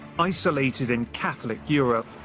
isolated in catholic europe,